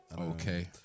okay